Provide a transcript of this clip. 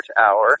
hour